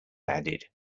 added